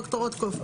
ד"ר רוטקופף?